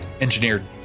engineered